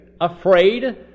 Afraid